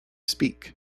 speak